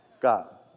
God